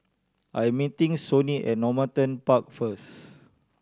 I'm meeting Sonny at Normanton Park first